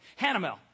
Hanamel